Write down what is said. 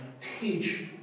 teach